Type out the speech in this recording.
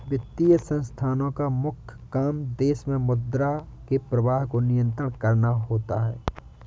वित्तीय संस्थानोँ का मुख्य काम देश मे मुद्रा के प्रवाह को नियंत्रित करना होता है